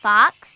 Fox